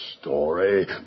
story